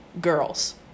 girls